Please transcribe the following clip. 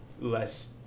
less